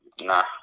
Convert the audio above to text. Nah